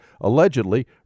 allegedly